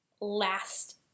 last